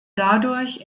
dadurch